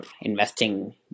investing